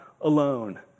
alone